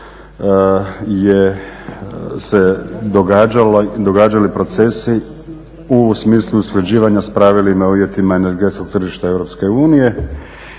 je se događali procesi u smislu usklađivanja s pravilima, uvjetima energetskog tržišta EU i